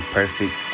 perfect